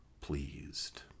pleased